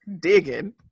digging